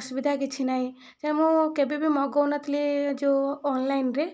ଅସୁବିଧା କିଛି ନାହିଁ ସେଟା ମୁଁ କେବେ ବି ମଗାଉ ନଥିଲି ଯେଉଁ ଅନଲାଇନରେ